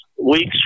weeks